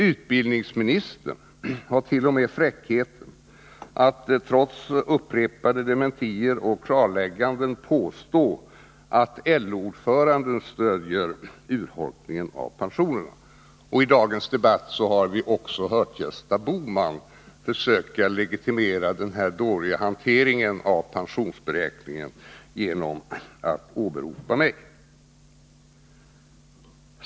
Utbildningsministern har t.o.m. fräckheten att påstå, trots upprepade dementier och klarlägganden, att LO-ordföranden stöder urholkningen av pensionerna. I dagens debatt har vi också hört Gösta Bohman försöka att genom att åberopa mig legitimera den här dåliga hanteringen av pensionsberäkningen.